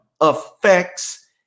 affects